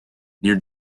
near